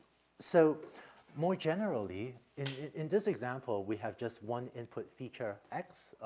so more generally in in this example we have just one input feature x.